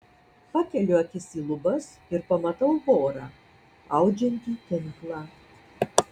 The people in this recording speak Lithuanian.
pakeliu akis į lubas ir pamatau vorą audžiantį tinklą